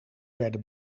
werden